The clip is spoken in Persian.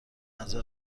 نظر